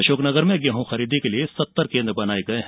अशोकनगर में गेहूं खरीदी के लिए सत्तर केन्द्र बनाये गये हैं